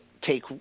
take